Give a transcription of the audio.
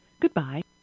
Goodbye